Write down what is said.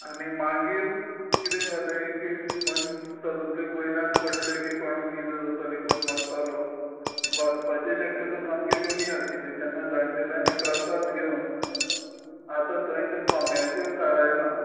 आनी मागीर कितें जालें की मन तातूंतले वयल्यान पडले की कोणाक ईजा जातली कोण मरतलो वचपाचें शक्यता सामकी कमी आशिल्ली तेन्ना जाण्टेल्यांनी प्रसाद घेवन आता थंय ते कोंब्याचेर थारायला